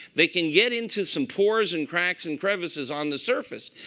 they can get into some pores and cracks and crevices on the surface.